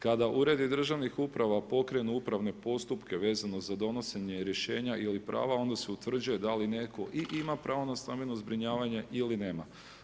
Kada uredi državnih uprava pokrenu upravne postupke vezano za donošenje rješenja ili prava onda se utvrđuje da li netko i ima pravo na stambeno zbrinjavanje ili nema.